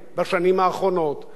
איש אשר דבריו,